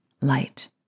light